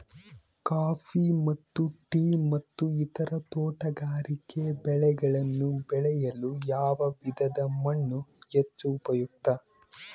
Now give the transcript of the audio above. Coffee ಮತ್ತು tea ಮತ್ತು ಇತರ ತೋಟಗಾರಿಕೆ ಬೆಳೆಗಳನ್ನು ಬೆಳೆಯಲು ಯಾವ ವಿಧದ ಮಣ್ಣು ಹೆಚ್ಚು ಉಪಯುಕ್ತ?